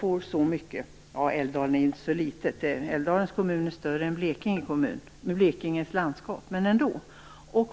få sådana mängder? Ja, Älvdalen är ju inte så litet - Älvdalens kommun är större än landskapet Blekinge, men ändå.